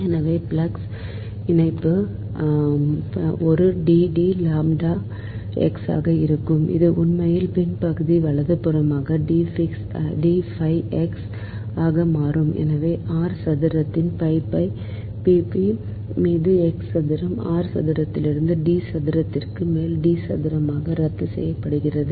எனவே ஃப்ளக்ஸ் இணைப்பு ஒரு D d லாம்ப்டா எக்ஸ் ஆக இருக்கும் இது உண்மையில் பின் பகுதி வலதுபுறமாக D phi x ஆக மாறும் எனவே R சதுர pi pi மீது x சதுரம் R சதுரத்திலிருந்து டி சதுரத்திற்கு மேல் டி சதுரமாக ரத்து செய்யப்படுகிறது